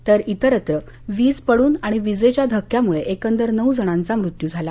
तर इतस्त्र वीज पडून आणि विजेच्या धक्क्यामुळे एकंदर नऊ जणांचा मृत्यू झाला